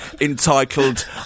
entitled